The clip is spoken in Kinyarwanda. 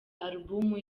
alubumu